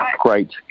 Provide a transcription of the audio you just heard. Great